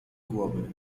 głowy